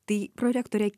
tai prorektore